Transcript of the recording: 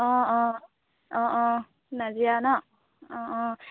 অঁ অঁ অঁ অঁ নাজিৰা ন অঁ অঁ